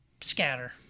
scatter